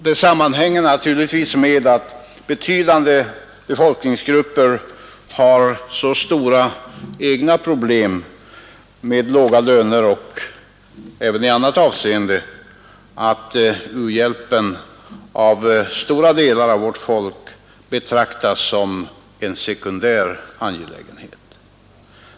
Det sammanhänger naturligtvis med att betydande befolkningsgrupper har så stora egna problem med låga löner och även i annat avseende att u-hjälpen av stora delar av vårt folk betraktas som en sekundär angelägenhet.